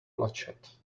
bloodshed